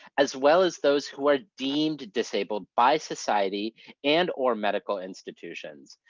as well as those who are deemed disabled by society and or medical institutions,